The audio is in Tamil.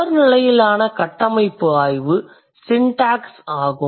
தொடர் நிலையிலான கட்டமைப்பு ஆய்வு சிண்டாக்ஸ் ஆகும்